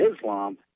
Islam